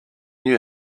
you